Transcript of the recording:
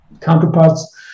counterparts